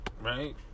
Right